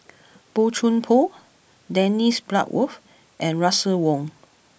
Boey Chuan Poh Dennis Bloodworth and Russel Wong